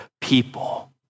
people